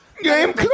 Game